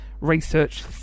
research